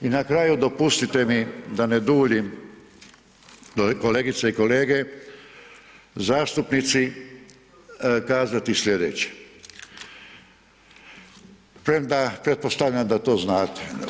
I na kraju, dopustite mi da ne duljim, kolegice i kolege, zastupnici, kazati slijedeće, premda pretpostavljam da to znate.